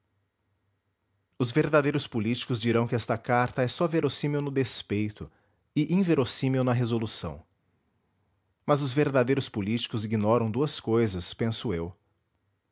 os verdadeiros políticos dirão que esta carta é só verossímil no despeito e inverossímil na resolução mas os verdadeiros políticos ignoram duas cousas penso eu